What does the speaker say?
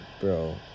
bro